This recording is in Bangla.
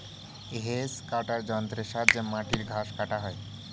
হেজ কাটার যন্ত্রের সাহায্যে মাটির ঘাস কাটা হয়